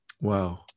Wow